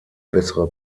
bessere